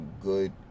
good